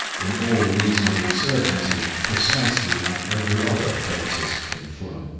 in all reasonable certainty precisely like every other dentist from fulham.